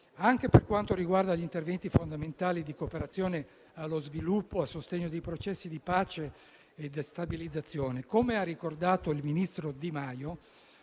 Anche per quanto riguarda gli interventi fondamentali di cooperazione allo sviluppo e al sostegno dei processi di pace e di stabilizzazione, come ha ricordato il ministro Di Maio,